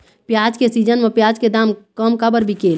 प्याज के सीजन म प्याज के दाम कम काबर बिकेल?